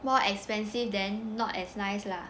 more expensive then not as nice lah